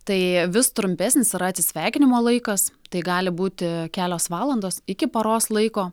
tai vis trumpesnis yra atsisveikinimo laikas tai gali būti kelios valandos iki paros laiko